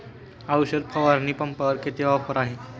औषध फवारणी पंपावर किती ऑफर आहे?